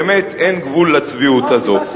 באמת אין גבול לצביעות הזאת.